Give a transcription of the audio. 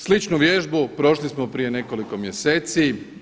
Sličnu vježbu prošli smo prije nekoliko mjeseci.